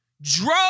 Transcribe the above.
drove